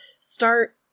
start